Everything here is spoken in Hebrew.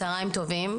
צהריים טובים.